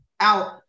out